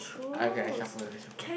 okay I shuffle I shuffle